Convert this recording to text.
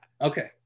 okay